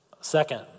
Second